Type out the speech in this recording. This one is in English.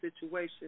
situation